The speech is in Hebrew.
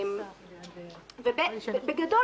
בגדול,